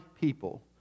people